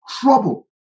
trouble